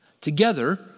Together